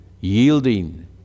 yielding